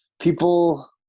People